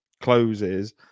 closes